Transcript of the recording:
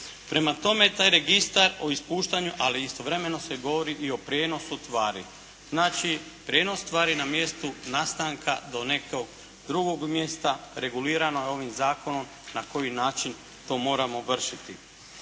Prema tome, taj registar o ispuštanju, ali istovremeno se govori o prijenosu tvari. Znači, prijenos tvari na mjestu nastanka do nekog drugog mjesta regulirano je ovim zakonom na koji način to moramo vršiti.